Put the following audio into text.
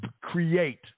create